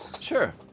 Sure